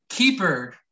Keeper